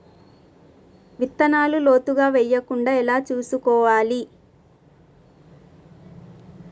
విత్తనాలు లోతుగా వెయ్యకుండా ఎలా చూసుకోవాలి?